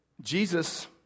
Jesus